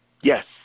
Yes